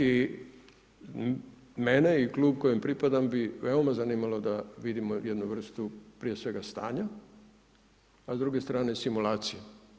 I mene i klub kojem pripadam bi veoma zanimalo da vidimo jednu vrstu, prije svega, stanja, a s druge strane simulacija.